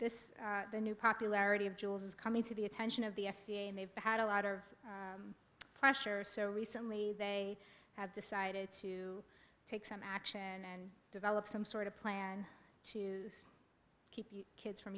this the new popularity of jewels is coming to the attention of the f d a and they've had a lot of pressure so recently they have decided to take some action and develop some sort of plan to keep kids from